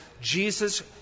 Jesus